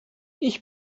ich